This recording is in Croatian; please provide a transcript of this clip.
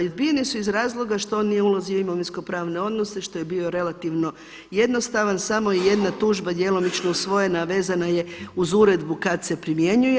Odbijene su iz razloga što on nije ulazio u imovinskopravne odnose, što je bio relativno jednostavan, samo je jedna tužba djelomično usvojena, a vezana je uz uredbu kada se primjenjuje.